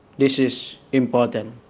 this is important.